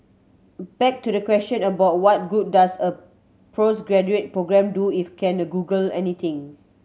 back to the question about what good does a postgraduate programme do if can Google anything